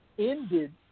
ended